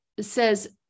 says